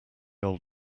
old